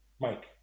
Mike